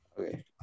Okay